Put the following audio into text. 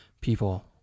people